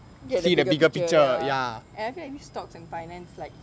get the bigger picture ya and I feel like these stocks and finance like